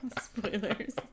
Spoilers